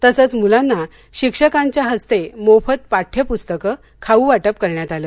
तसचं मुलांना शिक्षकांच्या हस्ते मोफत पाठ्यपुस्तक खाऊवाटप करण्यात आलं